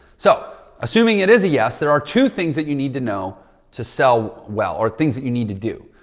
so assuming it is a yes, there are two things that you need to know to sell well or things that you need to do.